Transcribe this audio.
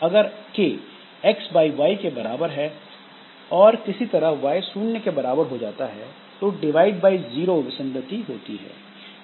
अगर k xy के बराबर है और किसी तरह y शून्य के बराबर हो जाता है तो डिवाइड बाय जीरो विसंगति होती है